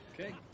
Okay